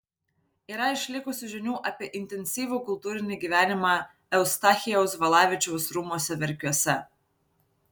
yra išlikusių žinių apie intensyvų kultūrinį gyvenimą eustachijaus valavičiaus rūmuose verkiuose